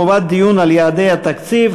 חובת דיון על יעדי תקציב).